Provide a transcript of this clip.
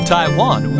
Taiwan